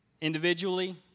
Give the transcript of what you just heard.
individually